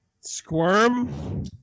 Squirm